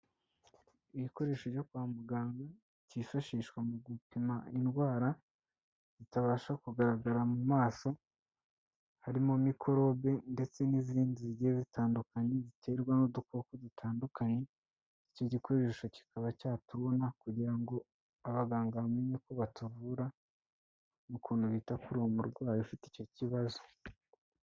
Igikoresho byo kwa muganga cyifashishwa mu gupima indwara zitabasha kugaragara mu maso harimo mikorobe ndetse n'izindi zigiye zitandukanye ziterwa n'udukoko dutandukanye, icyo gikoresho kikaba cyatubona kugira ngo abaganga bamenye uko batuvura n'ukuntu bita kuri uwo murwayi ufite icyo kibazo.